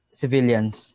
civilians